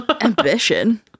Ambition